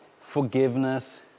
forgiveness